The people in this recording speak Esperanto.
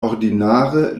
ordinare